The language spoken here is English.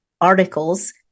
articles